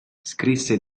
scrisse